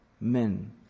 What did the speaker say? men